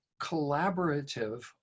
collaborative